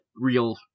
real